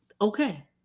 okay